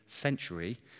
century